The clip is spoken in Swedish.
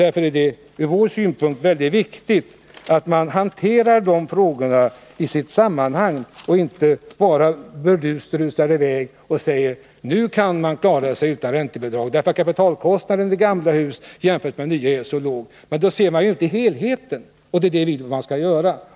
Därför är det från vår synpunkt mycket viktigt att man hanterar de frågorna i deras sammanhang och inte bara burdust rusar i väg och säger: Nu kan man klara sig utan — Vjillabeskatträntebidraget därför att kapitalkostnaden i gamla hus är låg jämfört med kapitalkostnaden för nya hus. Men då ser man inte helheten. Det är det vi vill att man skall göra.